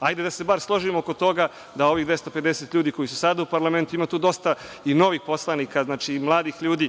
Hajde da se bar složimo oko toga da ovih 250 ljudi koji su sada u parlamentu, ima tu dosta i novih poslanika, mladih ljudi